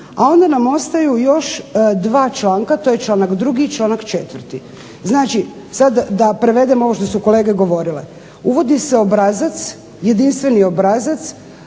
a onda nam ostaju još dva članka. To je članak drugi i članak četvrti. Znači, sad da prevedem ovo što su kolege govorile. Uvodi se obrazac, jedinstveni obrazac